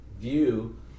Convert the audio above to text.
view